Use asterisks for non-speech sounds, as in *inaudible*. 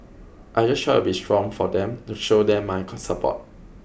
I just try to be strong for them to show them my *unintelligible* support